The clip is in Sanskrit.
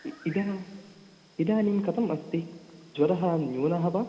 इदा इदानीं कतम् अस्ति ज्वरः न्यूनः वा